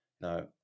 Now